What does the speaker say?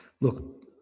look